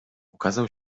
ukazał